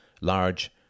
large